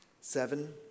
Seven